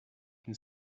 can